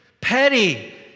Petty